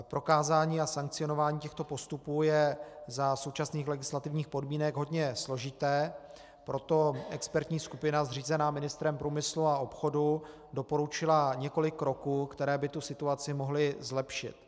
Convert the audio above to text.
Prokázání a sankcionování těchto postupů je za současných legislativních podmínek hodně složité, proto expertní skupina zřízená ministrem průmyslu a obchodu doporučila několik kroků, které by tu situaci mohly zlepšit.